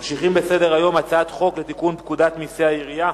בסדר-היום: הצעת חוק לתיקון פקודת מסי העירייה